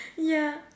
yeah